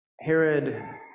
Herod